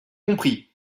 compris